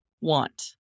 want